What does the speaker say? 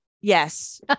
yes